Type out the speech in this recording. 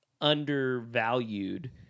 undervalued